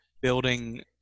building